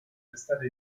testate